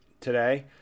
today